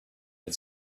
its